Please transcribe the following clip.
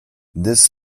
this